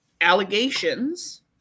allegations